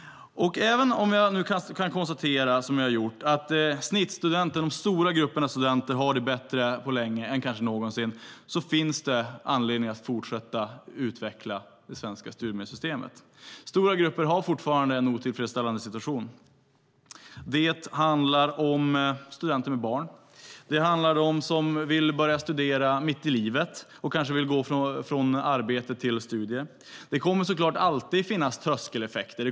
Även om jag alltså kan konstatera att de stora grupperna av studenter har det bättre än på länge, kanske bättre än någonsin, finns det anledning att fortsätta utveckla det svenska studiemedelssystemet. Stora grupper har fortfarande en otillfredsställande situation. Det handlar om studenter med barn och om dem som vill börja studera mitt i livet och kanske vill gå från arbete till studier. Det kommer naturligtvis alltid att finnas tröskeleffekter.